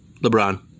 LeBron